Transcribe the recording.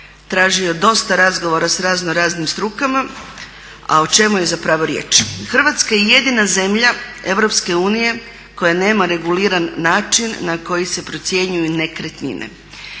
tražio je dosta razgovora sa razno raznim strukama. A o čemu je zapravo riječ? Hrvatska je jedina zemlja Europske unije koja nema reguliran način na koji se procjenjuju i nekretnine.